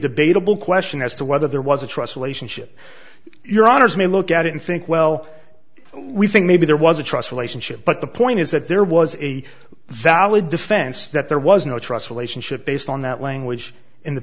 debatable question as to whether there was a trust relationship your honour's may look at it and think well we think maybe there was a trust relationship but the point is that there was a valid defense that there was no trust relationship based on that language in the